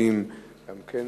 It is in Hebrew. בניסן